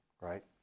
right